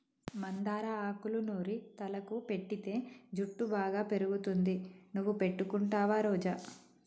మందార ఆకులూ నూరి తలకు పెటితే జుట్టు బాగా పెరుగుతుంది నువ్వు పెట్టుకుంటావా రోజా